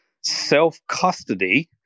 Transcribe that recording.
self-custody